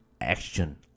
action